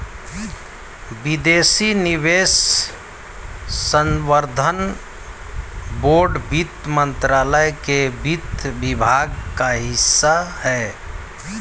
विदेशी निवेश संवर्धन बोर्ड वित्त मंत्रालय के वित्त विभाग का हिस्सा है